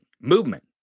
movement